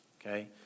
okay